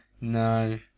No